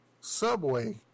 Subway